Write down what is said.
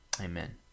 Amen